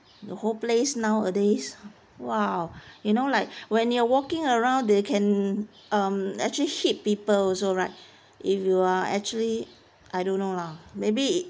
the whole place nowadays !wow! you know like when you're walking around they can um actually hit people also right if you are actually I don't know lah maybe